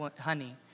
honey